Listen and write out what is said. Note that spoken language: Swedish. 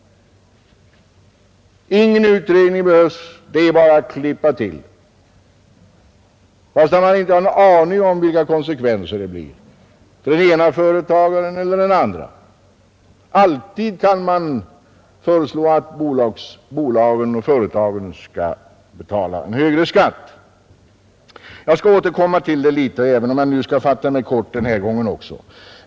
Ingen utredning behövs, det är bara att klippa till, fast man inte har en aning om vilka konsekvenserna blir för den ena företagaren eller för den andre. Alltid kan man föreslå att bolagen och företagen skall betala en högre skatt. Jag skall återkomma till detta, även om jag skall fatta mig kort den här gången också.